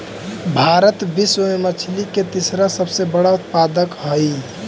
भारत विश्व में मछली के तीसरा सबसे बड़ा उत्पादक हई